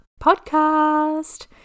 podcast